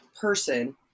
person